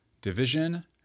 division